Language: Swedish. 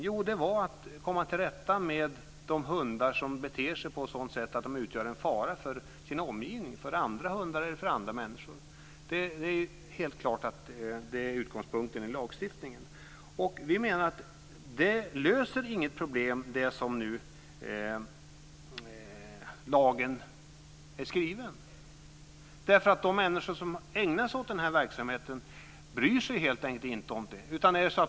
Jo, det var att komma till rätta med de hundar som beter sig på ett sådant sätt att de utgör en fara för sin omgivning, för andra hundar eller för människor. Det är helt klart att det är utgångspunkten i lagstiftningen. Vi menar att såsom lagen nu är skriven löser det inte något problem. De människor som ägnar sig åt den här verksamheten bryr sig helt enkelt inte om det.